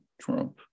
Trump